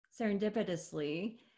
serendipitously